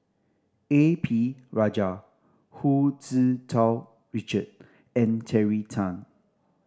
A P Rajah Hu Tau Richard and Terry Tan